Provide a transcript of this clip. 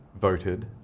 voted